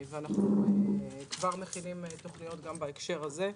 אנחנו כבר מכינים תוכניות גם בהקשר הזה.